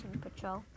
patrol